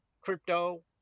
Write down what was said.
crypto